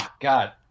God